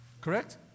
correct